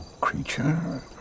creature